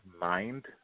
Mind